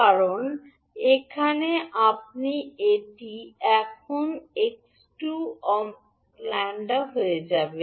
কারণ এখানে এটি এখন 𝑥2 𝜆 হয়ে যাবে